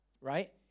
right